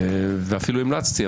אפילו המלצתי,